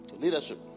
Leadership